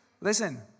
Listen